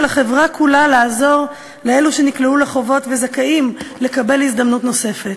החברה כולה לעזור לאלו שנקלעו לחובות וזכאים לקבל הזדמנות נוספת.